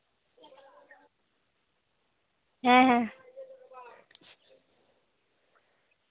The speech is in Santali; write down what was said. ᱦᱮᱸ ᱦᱮᱸ